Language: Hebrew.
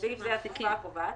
(בסעיף זה התקופה הקובעת),